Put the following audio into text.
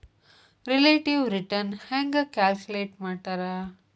relative return ಹೆಂಗ calculate ಮಾಡ್ತಾರಾ